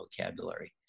vocabulary